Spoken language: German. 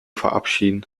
verabschieden